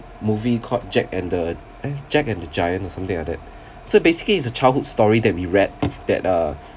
movie called jack and the eh jack and the giant or something like that so basically it's a childhood story that we read that uh